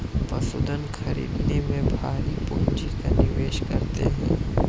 पशुधन खरीदने में भारी पूँजी का निवेश करते हैं